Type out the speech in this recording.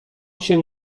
się